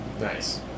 Nice